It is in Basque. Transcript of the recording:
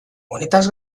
honetaz